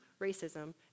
racism